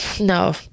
no